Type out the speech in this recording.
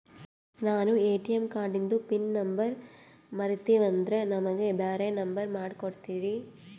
ನಾನು ಎ.ಟಿ.ಎಂ ಕಾರ್ಡಿಂದು pin number ಮರತೀವಂದ್ರ ನಮಗ ಬ್ಯಾರೆ ನಂಬರ್ ಮಾಡಿ ಕೊಡ್ತೀರಿ?